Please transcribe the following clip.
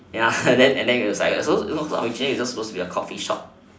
ya and then and then it was you know originally it was supposed to be a coffee shop